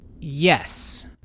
Yes